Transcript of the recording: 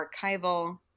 archival